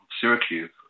Syracuse